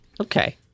okay